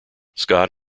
scott